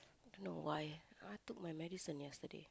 don't why I took my medicines yesterday